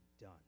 done